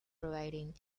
providing